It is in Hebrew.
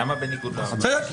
למה בניגוד לעבר?